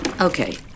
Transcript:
Okay